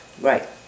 Right